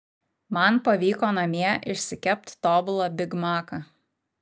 man pavyko namie išsikept tobulą bigmaką